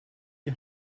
die